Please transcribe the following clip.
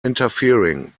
interfering